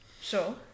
Sure